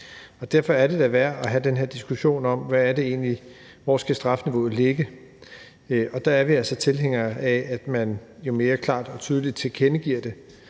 Derfor er det da værd at have den her diskussion om, hvor strafniveauet egentlig skal ligge. Der er vi altså tilhængere af, at man mere klart og tydeligt tilkendegiver det